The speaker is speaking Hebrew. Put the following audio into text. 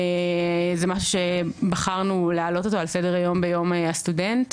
זה משהו שבחרנו להעלות אותו על סדר היום ביום הסטודנט,